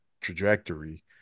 trajectory